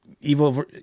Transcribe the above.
Evil